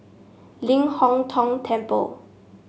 Ling Hong Tong Temple